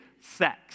sex